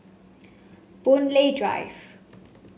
Boon Lay Drive